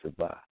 survive